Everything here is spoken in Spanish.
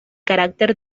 carácter